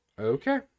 okay